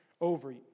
over